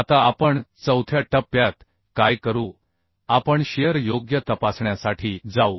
आता आपण चौथ्या टप्प्यात काय करू आपण शिअर योग्य तपासण्यासाठी जाऊ